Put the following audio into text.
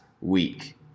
week